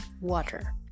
Water